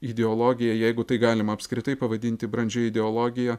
ideologija jeigu tai galima apskritai pavadinti brandžia ideologija